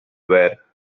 were